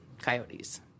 coyotes